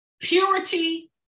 Purity